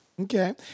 Okay